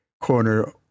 corner